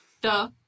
Duh